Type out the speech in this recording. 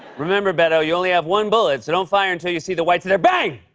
remember, beto, you only have one bullet, so don't fire until you see the whites of their bang